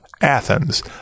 athens